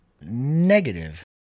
Negative